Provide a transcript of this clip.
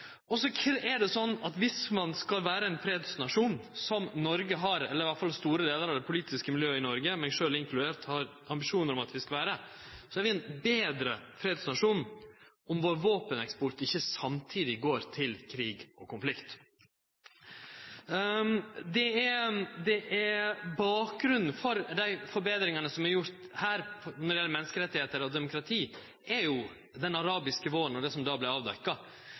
Viss ein skal vere ein fredsnasjon, som iallfall store delar av det politiske miljøet i Noreg, meg sjølv inkludert, har ambisjonar om at vi skal vere, er vi ein betre fredsnasjon om våpeneksporten vår ikkje samtidig går til krig og konflikt. Bakgrunnen for dei forbetringane som er gjorde her når det gjeld menneskerettar og demokrati, er den arabiske våren og det som då vart avdekt.